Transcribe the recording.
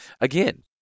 Again